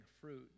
fruit